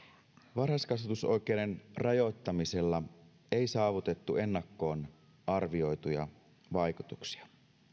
varhaiskasvatusoikeuden rajoittamisella ei saavutettu ennakkoon arvioituja vaikutuksia